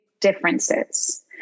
differences